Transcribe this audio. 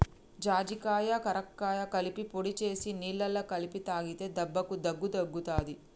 జాజికాయ కరక్కాయ కలిపి పొడి చేసి నీళ్లల్ల కలిపి తాగితే దెబ్బకు దగ్గు తగ్గుతది